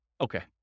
Okay